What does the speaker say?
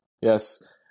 Yes